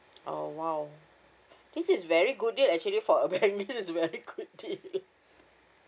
oh !wow! this is very good deal actually for a very is very good deal